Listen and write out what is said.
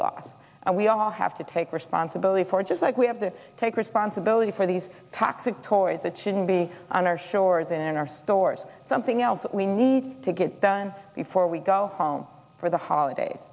laws and we have to take responsibility we're just like we have to take responsibility for these toxic toys that shouldn't be on our shores in our stores something else that we need to get done before we go home for the holidays